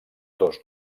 dos